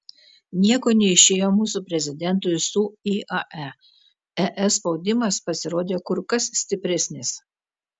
nieko neišėjo mūsų prezidentui su iae es spaudimas pasirodė kur kas stipresnis